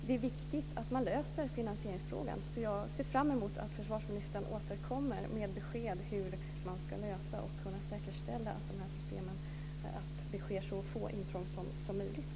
Det är viktigt att man löser finansieringsfrågan. Jag ser fram emot att försvarsministern återkommer med besked om hur man ska kunna lösa det och kunna säkerställa att det sker så få intrång som möjligt.